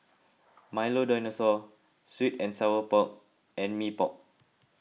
Milo Dinosaur Sweet and Sour Pork and Mee Pok